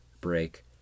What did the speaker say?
break